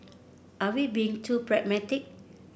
are we being too pragmatic